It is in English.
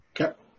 Okay